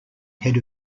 head